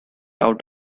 out